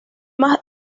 más